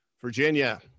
Virginia